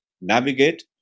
navigate